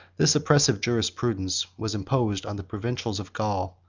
this oppressive jurisprudence was imposed on the provincials of gaul,